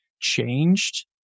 changed